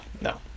no